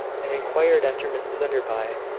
and inquired after mrs enderby.